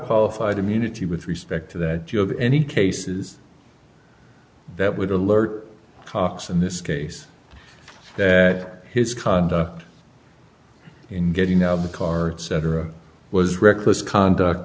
qualified immunity with respect to that you have any cases that would alert cox in this case that his conduct in getting out of the car cetera was reckless conduct